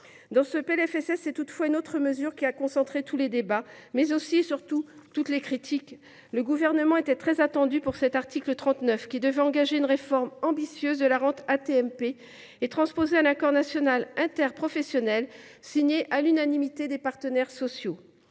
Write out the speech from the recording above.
sociale, c’est toutefois une autre mesure qui a concentré tous les débats, mais aussi, et surtout, toutes les critiques. Le Gouvernement était très attendu sur l’article 39, qui devait engager une réforme ambitieuse de la rente AT MP et transposer un accord national interprofessionnel (ANI) signé à l’unanimité des partenaires sociaux.